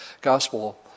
gospel